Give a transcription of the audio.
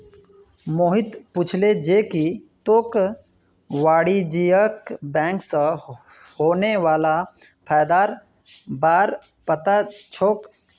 मोहित पूछले जे की तोक वाणिज्यिक बैंक स होने वाला फयदार बार पता छोक